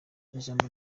ijambo